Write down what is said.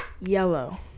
Yellow